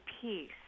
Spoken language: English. peace